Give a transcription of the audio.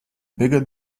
bigger